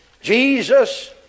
Jesus